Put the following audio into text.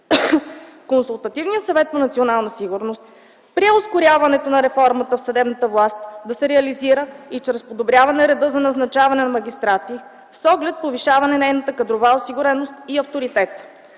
Консултативният съвет по национална сигурност прие ускоряването на реформата в съдебната власт да се реализира и чрез подобряване реда за назначаване на магистрати с оглед повишаване нейната кадрова осигуреност и авторитет.